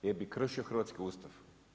Jer bi kršio hrvatski Ustav.